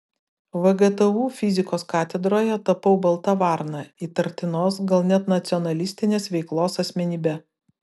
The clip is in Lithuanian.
vgtu fizikos katedroje tapau balta varna įtartinos gal net nacionalistinės veiklos asmenybe